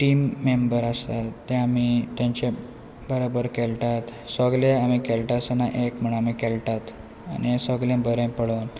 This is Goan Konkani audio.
टीम मेम्बर आसा तें आमी तांचे बराबर खेळटात सगले आमी खेळटा आसतना एक म्हण आमी खेळटात आनी सगळें बरें पळोवन